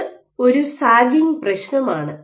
ഇത് ഒരു സാഗിങ് പ്രശ്നമാണ്